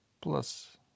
Plus